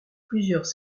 plusieurs